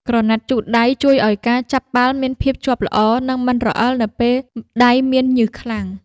ក្រណាត់ជូតដៃ ជួយឱ្យការចាប់បាល់មានភាពជាប់ល្អ និងមិនរអិលនៅពេលដៃមានញើសខ្លាំង។